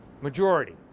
MAJORITY